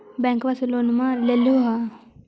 बैंकवा से लोनवा लेलहो हे?